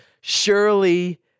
Surely